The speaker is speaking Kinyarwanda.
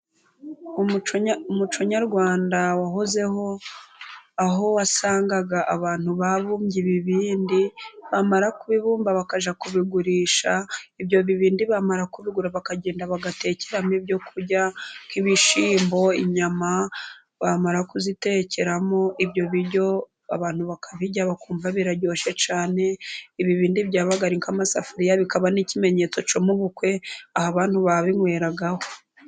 Umuco nyarwanda wahozeho, aho wasangaga abantu babumbye ibibbindi, bamara kubibumba bakajya kubigurisha. Ibyo bibindi bamara kubigura bakagenda bagatekeramo ibya kurya, nk'ibishimbo, inyama, bamara kuzitekeramo ibyo biryo, abantu bakabirya bakumva biraryoshye cyane. Ibibindi byabaga ari nk'amasafuriya bikaba n'ikimenyetso cyo mu bukwe aho abantu babinyweragaho.